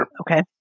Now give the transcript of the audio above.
Okay